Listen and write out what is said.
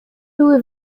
były